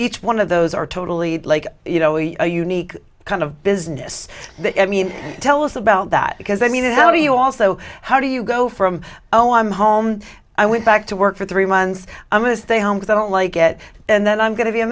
each one of those are totally like you know unique kind of business i mean tell us about that because i mean how do you also how do you go from oh i'm home i went back to work for three months i'm going to stay home with i don't like it and then i'm going to be a